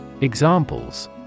Examples